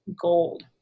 gold